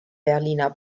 berliner